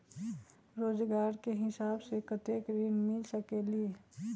रोजगार के हिसाब से कतेक ऋण मिल सकेलि?